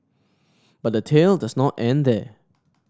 but the tail does not end there